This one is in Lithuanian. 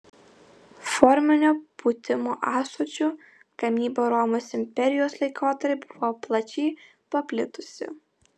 forminio pūtimo ąsočių gamyba romos imperijos laikotarpiu buvo plačiai paplitusi